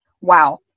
wow